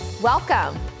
Welcome